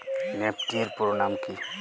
Nifty এর পুরোনাম কী?